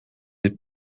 les